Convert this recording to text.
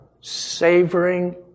Savoring